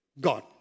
God